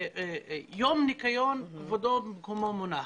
יום ניקיון כבודו במקומו מונח.